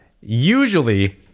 Usually